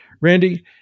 Randy